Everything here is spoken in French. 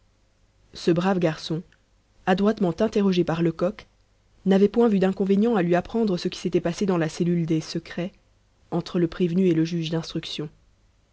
ce brave garçon adroitement interrogé par lecoq n'avait point vu d'inconvénient à lui apprendre ce qui s'était passé dans la cellule des secrets entre le prévenu et le juge d'instruction